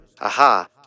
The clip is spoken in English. aha